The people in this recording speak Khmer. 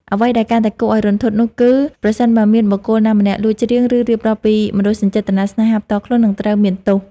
អ្វីដែលកាន់តែគួរឲ្យរន្ធត់នោះគឺ ប្រសិនបើមានបុគ្គលណាម្នាក់លួចច្រៀង ឬរៀបរាប់ពីមនោសញ្ចេតនាស្នេហាផ្ទាល់ខ្លួន និងត្រូវមានទោស។